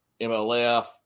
MLF